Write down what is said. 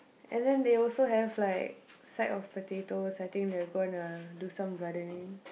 and then they also have like sack of potatoes I think they're gonna do some gardening